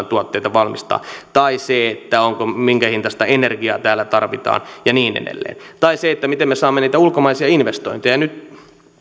tuotteita valmistaa tai se minkä hintaista energiaa täällä tarvitaan ja niin edelleen tai se miten me saamme niitä ulkomaisia investointeja nyt